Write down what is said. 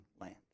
land